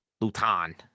Luton